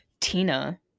tina